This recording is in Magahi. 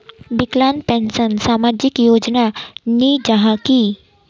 विकलांग पेंशन सामाजिक योजना नी जाहा की?